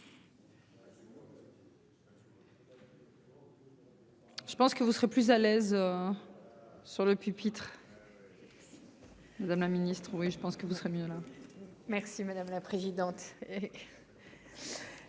Je pense que vous serez plus à l'aise. Sur le pupitre. Madame la ministre. Oui je pense que vous serez mieux là. Merci madame la présidente.